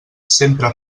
sempre